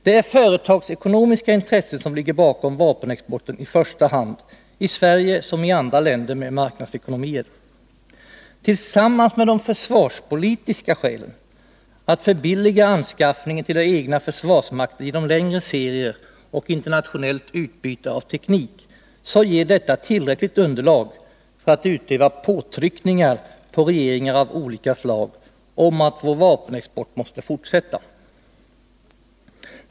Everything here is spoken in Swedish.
Det är i första hand företagsekonomiska intressen som ligger bakom vapenexporten, i Sverige som i andra länder med marknadsekonomier. Tillsammans med de försvarspolitiska skälen, att förbilliga anskaffningen till den egna försvarsmakten genom längre serier och internationellt utbyte av teknik, ger detta tillräckligt underlag för att utöva påtryckningar på regeringar av olika slag om att vår vapenexport måste fortsätta.